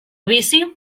vici